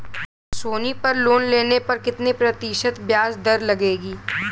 सोनी पर लोन लेने पर कितने प्रतिशत ब्याज दर लगेगी?